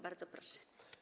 Bardzo proszę.